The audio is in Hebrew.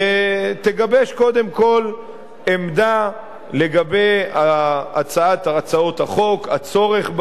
תגבש קודם כול עמדה לגבי הצעות החוק, הצורך בהן,